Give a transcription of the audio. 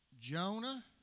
Jonah